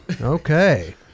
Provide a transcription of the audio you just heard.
okay